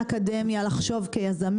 פוסט-דוק יזמים וכו',